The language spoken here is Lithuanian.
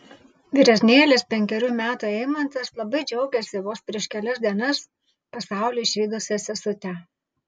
vyresnėlis penkerių metų eimantas labai džiaugiasi vos prieš kelias dienas pasaulį išvydusia sesute